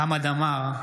חמד עמאר,